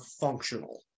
functional